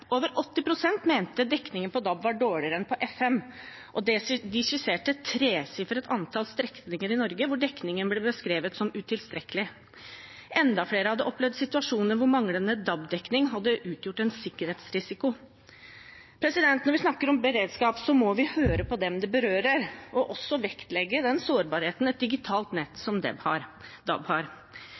Over 80 pst. mente dekningen på DAB var dårligere enn på FM. Og de skisserte et tresifret antall strekninger i Norge hvor dekningen ble beskrevet som utilstrekkelig. Enda flere hadde opplevd situasjoner hvor manglende DAB-dekning hadde utgjort en sikkerhetsrisiko. Når vi snakker om beredskap, må vi høre på dem det berører, og også vektlegge den sårbarheten et digitalt nett som DAB har. Direktoratet for samfunnssikkerhet og beredskap har